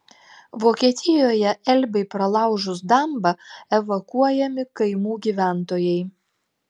vokietijoje elbei pralaužus dambą evakuojami kaimų gyventojai